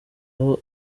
aho